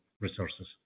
resources